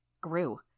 Grew